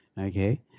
Okay